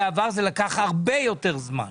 בעבר זה לקח הרבה יותר זמן.